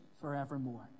forevermore